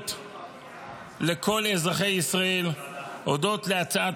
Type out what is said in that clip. מגיעות לכל אזרחי ישראל הודות להצעת